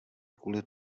kvůli